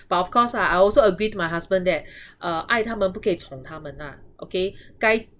but of course ah I also agree my husband that uh 爱他们不可以宠他们 ah okay 该